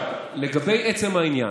לגבי עצם העניין,